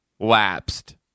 lapsed